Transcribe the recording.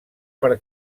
per